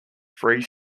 free